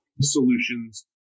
solutions